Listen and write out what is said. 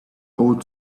old